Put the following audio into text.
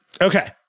Okay